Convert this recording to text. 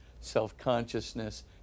self-consciousness